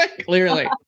clearly